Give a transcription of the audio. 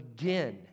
again